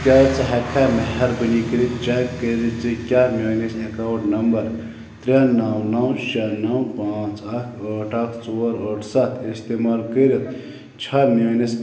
کیٛاہ ژٕ ہیٚکہِ کھا مہربٲنی کٔرتھ چیٚک کٔرتھ زِ کیٛاہ میٛٲنس ایٚکاونٛٹ نمبر ترٛےٚ نَو نَو شےٚ نَو پانٛژھ اکھ ٲٹھ اکھ ژور ٲٹھ ستھ استعمال کٔرتھ چھا میٛٲنس